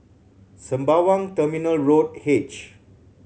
Sembawang Terminal Road H